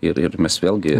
ir ir mes vėlgi